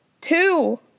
Two